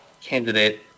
candidate